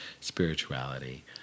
spirituality